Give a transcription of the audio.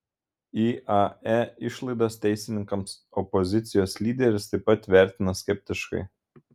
iae išlaidas teisininkams opozicijos lyderis taip pat vertina skeptiškai